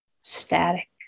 static